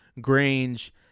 Grange